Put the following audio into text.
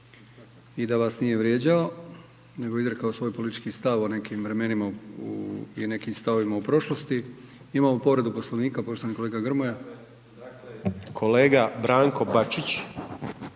i da vas nije vrijeđao nego izrekao politički stav o nekim vremenima i nekim stavovima u prošlosti. Imamo povredu Poslovnika, poštovani kolega Grmoja. **Grmoja,